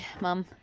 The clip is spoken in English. Mum